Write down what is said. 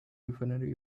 refinery